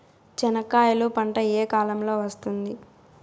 చెనక్కాయలు పంట ఏ కాలము లో వస్తుంది